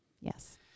Yes